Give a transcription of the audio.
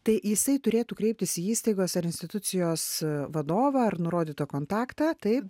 tai jisai turėtų kreiptis į įstaigos ar institucijos vadovą ar nurodyto kontaktą taip